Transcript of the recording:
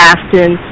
Aston